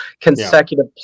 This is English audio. consecutive